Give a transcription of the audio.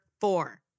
four